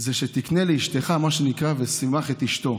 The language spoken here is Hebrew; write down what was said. זה שתקנה לאשתך, מה שנקרא "ושימח את אשתו".